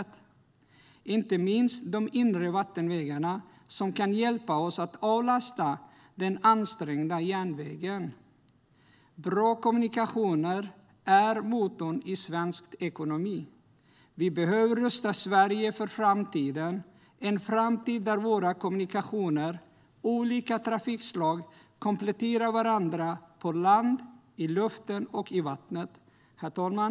Det gäller inte minst de inre vattenvägarna, som kan hjälpa oss att avlasta den ansträngda järnvägen. Bra kommunikationer är motorn i svensk ekonomi. Vi behöver rusta Sverige för framtiden, en framtid där våra kommunikationer och olika trafikslag kompletterar varandra på land, i luften och i vattnet. Herr talman!